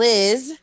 Liz